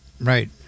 right